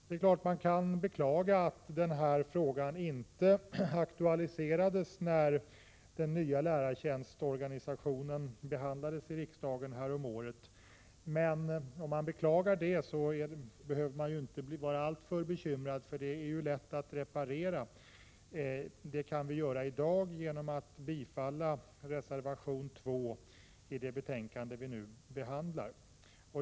Man kan självfallet beklaga att frågan inte aktualiserades när den nya lärartjänstorganisationen behandlades i riksdagen häromåret, men det behöver vi inte vara alltför bekymrade över, därför att det är lätt att reparera. Det kan vi göra i dag genom att bifalla reservation 2 i det betänkande som nu behandlas.